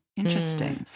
interesting